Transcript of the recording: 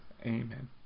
Amen